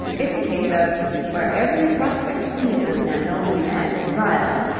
it's a case of where every prospect pleases and only man is vile.